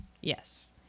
Yes